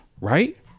right